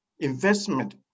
Investment